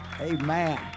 Amen